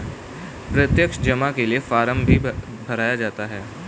प्रत्यक्ष जमा के लिये फ़ार्म भी भराया जाता है